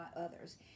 others